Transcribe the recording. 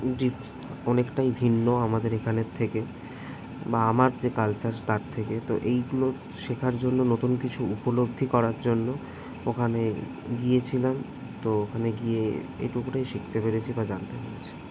ডিফ অনেকটাই ভিন্ন আমাদের এখানের থেকে বা আমার যে কালচার তার থেকে তো এইগুলো শেখার জন্য নতুন কিছু উপলব্ধি করার জন্য ওখানে গিয়েছিলাম তো ওখানে গিয়ে এটুকুটাই শিখতে পেরেছি বা জানতে পেরেছি